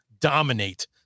dominate